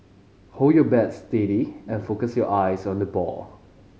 hold your bat steady and focus your eyes on the ball